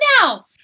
now